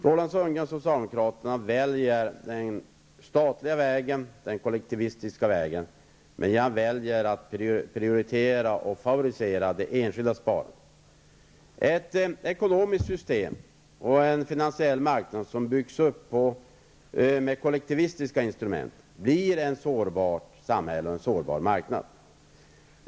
Roland Sundgren och socialdemokraterna väljer den statliga vägen, den kollektivistiska vägen, men jag väljer att prioritera och favorisera det enskilda sparandet. Ett ekonomiskt system och en finansiell marknad som byggs upp med kollektivistiska instrument blir ett sårbart samhälle och en sårbar marknad.